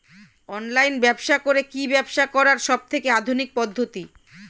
Online ব্যবসা করে কি ব্যবসা করার সবথেকে আধুনিক পদ্ধতি?